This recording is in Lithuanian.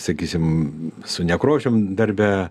sakysim su nekrošium darbe